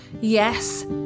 Yes